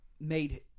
made